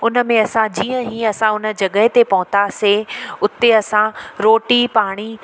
उन में असां जीअं ई असां उन जॻह ते पहुतासीं उते असां रोटी पाणी